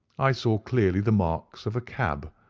i saw clearly the marks of a cab,